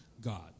god